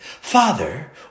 Father